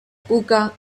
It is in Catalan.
cuca